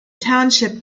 township